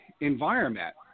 environment